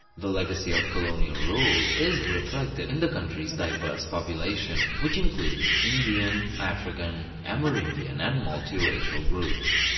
the legacy of colonial rule is reflected in the country's diverse population, which includes indian, african, amerindian, and multiracial groups.